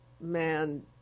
man